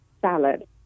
salad